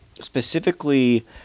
specifically